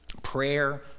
Prayer